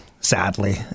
sadly